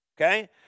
Okay